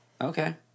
Okay